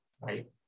right